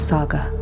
Saga